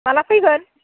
माला फैगोन